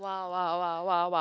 !wah! !wah! !wah! !wah! !wah!